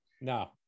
No